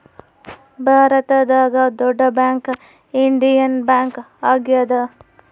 ಭಾರತದಾಗ ದೊಡ್ಡ bank Indian bank ಆಗ್ಯಾದ